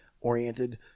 oriented